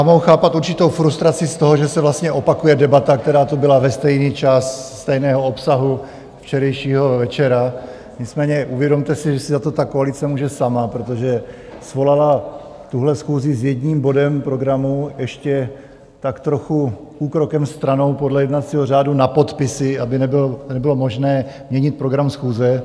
Mohu chápat určitou frustraci z toho, že se opakuje debata, která tu byla ve stejný čas, stejného obsahu včerejšího večera, nicméně uvědomte si, že si za to koalice může sama, protože svolala tuhle schůzi s jedním bodem programu, ještě tak trochu úkrokem stranou, podle jednacího řádu na podpisy, aby nebylo možné měnit program schůze.